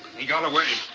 he got away.